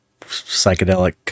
psychedelic